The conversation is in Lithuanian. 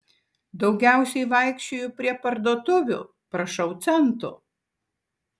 daugiausiai vaikščioju prie parduotuvių prašau centų